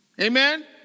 Amen